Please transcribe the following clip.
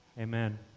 Amen